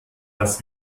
dass